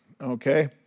okay